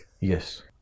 Yes